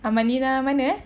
amalina mana eh